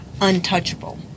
untouchable